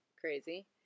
crazy